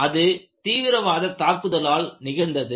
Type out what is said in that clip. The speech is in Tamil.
அது தீவிரவாத தாக்குதலால் நிகழ்ந்தது